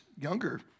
younger